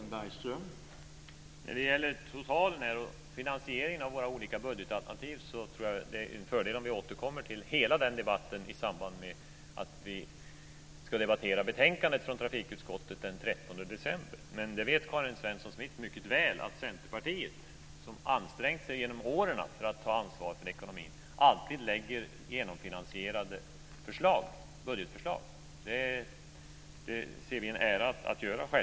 Herr talman! När det gäller totalen och finansieringen av våra olika budgetalternativ tror jag att det är en fördel om vi återkommer till hela den debatten i samband med att vi debatterar betänkandet från trafikutskottet den 13 december. Karin Svensson Smith vet mycket väl att Centerpartiet som ansträngt sig genom åren för att ta ansvar för ekonomin alltid lägger genomfinansierade budgetförslag. Det ser vi en ära i att göra.